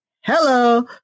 hello